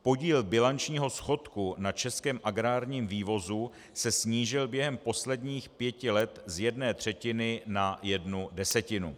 Podíl bilančního schodku na českém agrárním vývozu se snížil během posledních pěti let z jedné třetiny na jednu desetinu.